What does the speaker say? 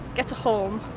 get a home,